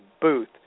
booth